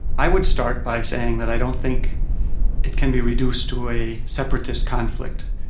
i would start by saying that i don't think it can be reduced to a separatist conflict,